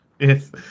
yes